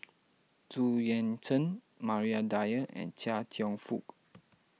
Zu Yuan Zhen Maria Dyer and Chia Cheong Fook